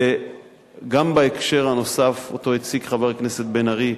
וגם בהקשר הנוסף, שהציג חבר הכנסת בן-ארי,